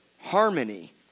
harmony